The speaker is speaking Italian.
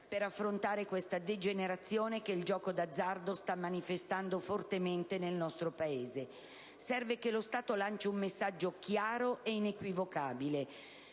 ad affrontare la degenerazione che il gioco d'azzardo sta manifestando fortemente nel nostro Paese. Serve che lo Stato lanci un messaggio chiaro ed inequivocabile: